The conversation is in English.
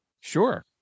sure